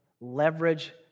leverage